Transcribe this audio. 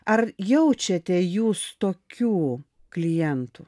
ar jaučiate jūs tokių klientų